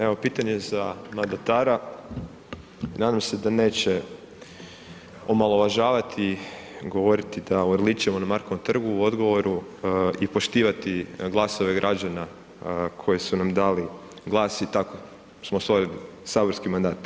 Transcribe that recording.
Evo, pitanje za mandatara, nadam se da neće omalovažavati i govoriti da urličemo na Markovom trgu u odgovoru i poštivati glasove građana koji su nam dali glas i tako smo osvojili saborski mandat.